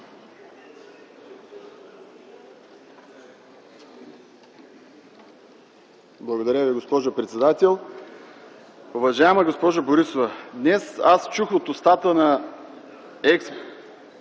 Благодаря Ви, госпожо председател. Уважаема госпожо Борисова, днес аз чух от устата на екс